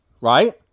right